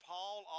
Paul